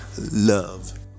love